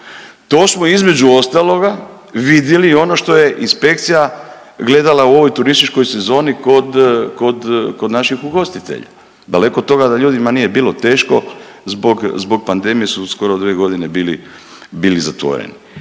To smo između ostaloga vidjeli ono što je inspekcija gledala u ovoj turističkoj sezoni kod naših ugostitelja. Daleko od toga da ljudima nije bilo teško zbog pandemije su skoro dve godine bili zatvoreni.